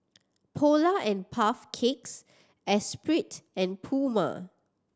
Polar and Puff Cakes Espirit and Puma